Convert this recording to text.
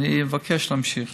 ואני מבקש להמשיך.